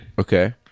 Okay